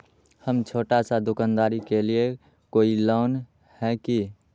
हम छोटा सा दुकानदारी के लिए कोई लोन है कि?